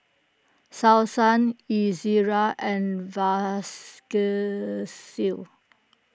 Selsun Ezerra and Vasgisil